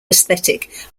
aesthetic